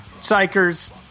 Psychers